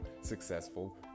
successful